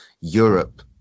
europe